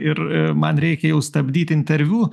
ir man reikia jau stabdyt interviu